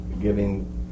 giving